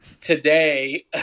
today